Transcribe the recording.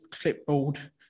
clipboard